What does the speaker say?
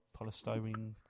polystyrene